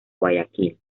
guayaquil